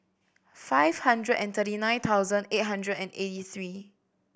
five hundred and thirty nine thousand eight hundred and eighty three